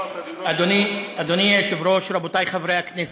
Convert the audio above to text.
אדוני היושב-ראש, רבותי חברי הכנסת,